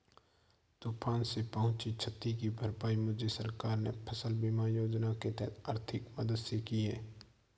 तूफान से पहुंची क्षति की भरपाई मुझे सरकार ने फसल बीमा योजना के तहत आर्थिक मदद से की है